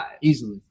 Easily